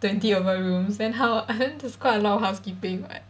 twenty over rooms then how then that's quite a lot of housekeeping [what]